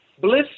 Bliss